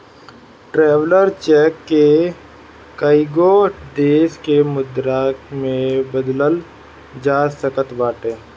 traveller cheque के कईगो देस के मुद्रा में बदलल जा सकत बाटे